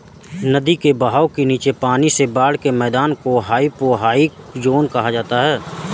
नदी के बहाव के नीचे पानी से बाढ़ के मैदान को हाइपोरहाइक ज़ोन कहा जाता है